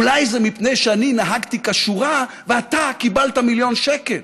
אולי זה מפני שאני נהגתי כשורה ואתה קיבלת מיליון שקל?